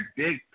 big